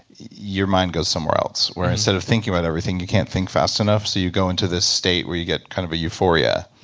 your mind goes somewhere else where instead of thinking about everything, you can't think fast enough so you go into this state where you get kind of euphoria.